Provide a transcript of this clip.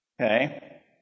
okay